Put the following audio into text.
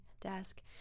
desk